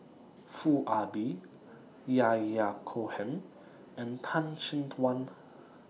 Foo Ah Bee Yahya Cohen and Tan Chin Tuan